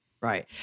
Right